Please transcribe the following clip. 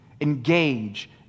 engage